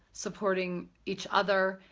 supporting each other,